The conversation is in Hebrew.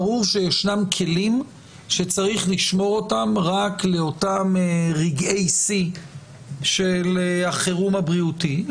ברור שישנם כלים שצריך לשמור רק לאותם רגעי שיא של החירום הבריאותי,